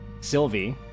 Sylvie